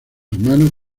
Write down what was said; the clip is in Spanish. hermano